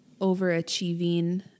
overachieving